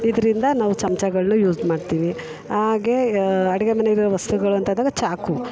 ಇದರಿಂದ ನಾವು ಚಮಚಗಳನ್ನು ಯೂಸ್ ಮಾಡ್ತೀವಿ ಹಾಗೆ ಅಡಿಗೆ ಮನೆಗೆ ವಸ್ತುಗಳು ಅಂತಂದಾಗ ಚಾಕು